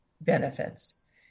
benefits